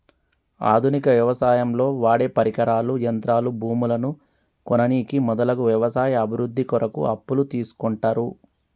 ఆధునిక వ్యవసాయంలో వాడేపరికరాలు, యంత్రాలు, భూములను కొననీకి మొదలగు వ్యవసాయ అభివృద్ధి కొరకు అప్పులు తీస్కుంటరు